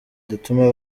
dutuma